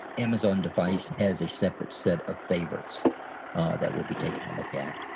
amazon device as a separate set of favorites that we'll be taking a look at.